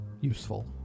useful